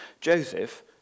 Joseph